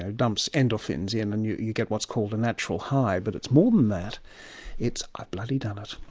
ah dumps endorphins in and you you get what's called a natural high. but it's more than that it's i've bloody done it.